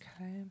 Okay